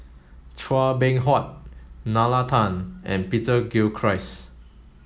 Chua Beng Huat Nalla Tan and Peter Gilchrist